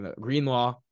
Greenlaw